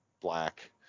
black